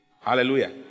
Hallelujah